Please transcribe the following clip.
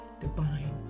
divine